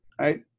Right